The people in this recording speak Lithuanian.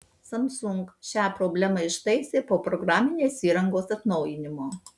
samsung šią problemą ištaisė po programinės įrangos atnaujinimo